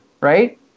right